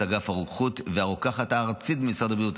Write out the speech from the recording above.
אגף הרוקחות והרוקחת הארצית במשרד הבריאות,